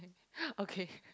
okay